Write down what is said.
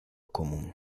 común